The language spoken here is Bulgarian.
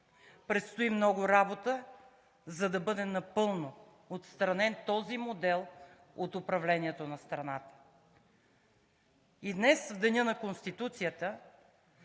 Предстои много работа, за да бъде напълно отстранен този модел от управлението на страната. Днес в Деня на Конституцията